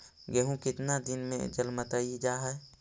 गेहूं केतना दिन में जलमतइ जा है?